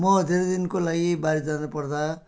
म धेरै दिनको लागि बाहिर जानु पर्दा